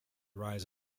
rise